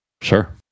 Sure